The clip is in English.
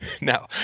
No